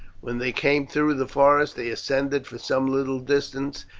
when they came through the forest they ascended for some little distance,